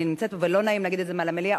אני נמצאת ולא נעים להגיד את זה מעל המליאה,